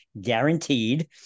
guaranteed